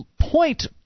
point